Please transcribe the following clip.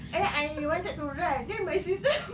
eh I wanted to run then my sister